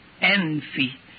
envy